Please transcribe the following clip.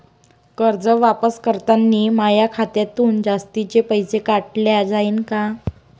कर्ज वापस करतांनी माया खात्यातून जास्तीचे पैसे काटल्या जाईन का?